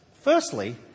Firstly